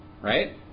right